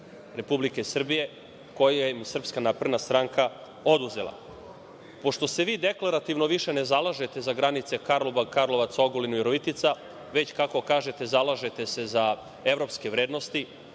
Republike Srbije, koje im je SNS oduzela. Pošto se vi deklarativno više ne zalažete za granice Karlobag, Karlovac, Ogulin, Virovitica, već, kako kažete, zalažete se za evropske vrednosti,